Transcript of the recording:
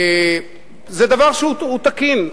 זה דבר שהוא תקין,